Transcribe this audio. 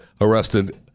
arrested